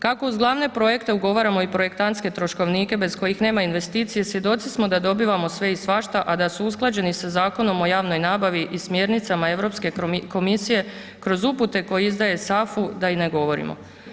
Kako uz glavne projekte ugovaramo i projektantske troškovnike bez kojih nema investicije, svjedoci smo da dobivamo sve i svašta, a da su usklađeni sa Zakonom o javnoj nabavi i smjernicama EU komisije, kroz upute koje izdaje SAFU, da i ne govorimo.